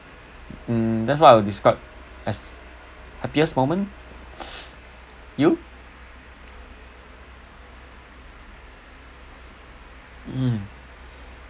that's what I would describe as happiest moments you mm